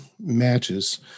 matches